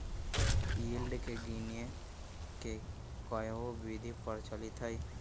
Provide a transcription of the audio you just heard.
yield के गीनेए के कयहो विधि प्रचलित हइ